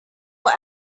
will